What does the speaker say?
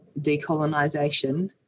decolonisation